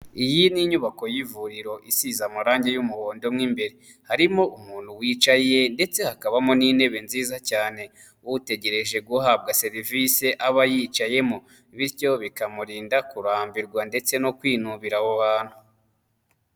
Iyi ni inyubako y'ivuriro isize amarangi y'umuhondo mo imbere. Harimo umuntu wicaye ndetse hakabamo n'intebe nziza cyane, utegereje guhabwa serivisi aba yicayemo, bityo bikamurinda kurambirwa ndetse no kwinubira aho hantu.